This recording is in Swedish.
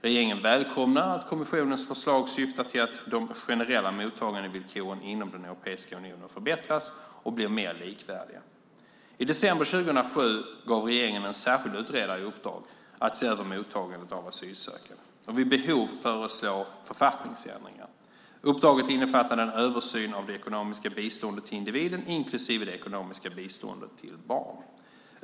Regeringen välkomnar att kommissionens förslag syftar till att de generella mottagandevillkoren inom den europeiska unionen förbättras och blir mer likvärdiga. I december 2007 gav regeringen en särskild utredare i uppdrag att se över mottagandet av asylsökande och vid behov föreslå författningsändringar. Uppdraget innefattade en översyn av det ekonomiska biståndet till individen inklusive det ekonomiska biståndet till barn.